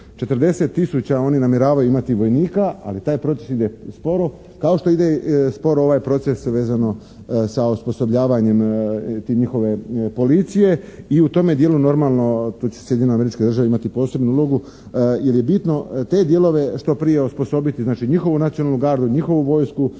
40000 oni namjeravaju imati vojnika ali taj proces ide sporo kao što ide sporo ovaj proces vezano sa osposobljvanjem te njihove policije i u tome dijelu normalno tu će Sjedinjene Američke Države imati posebnu ulogu jer je bitno te dijelove što prije osposobiti znači njihovu nacionalnu gardu, njihovu vojsku